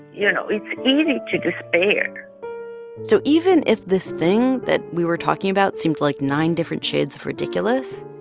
you know it's easy to despair so even if this thing that we were talking about seemed like nine different shades of ridiculous,